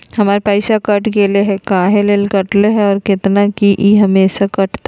हमर पैसा कट गेलै हैं, काहे ले काटले है और कितना, की ई हमेसा कटतय?